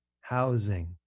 housing